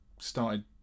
started